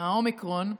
האומיקרון,